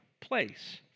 place